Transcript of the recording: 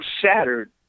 shattered